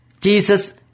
Jesus